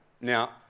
Now